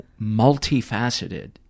multifaceted